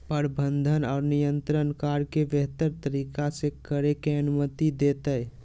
प्रबंधन और नियंत्रण कार्य के बेहतर तरीका से करे के अनुमति देतय